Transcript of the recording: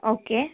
okay